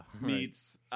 meets